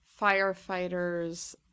firefighters